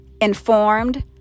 informed